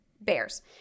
bears